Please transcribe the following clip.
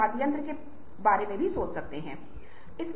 ठीक है इसलिए यह सोच अच्छी है